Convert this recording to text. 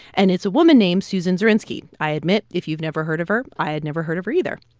and it's a woman named susan zirinsky. i admit if you've never heard of her, i had never heard of her, either.